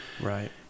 Right